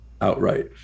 outright